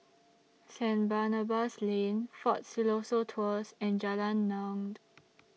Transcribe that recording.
Saint Barnabas Lane Fort Siloso Tours and Jalan Naung